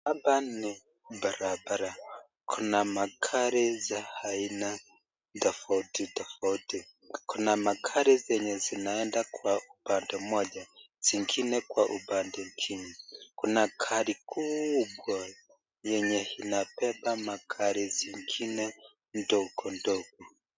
Hapa ni barabara kuna magari ya aina tafauti tafauti kuna magari zenye zinaenda kwa upande moja zingine kwa upande ingine, kuna gari kubwa yenye imapepa magari zingine ndogo ndogo.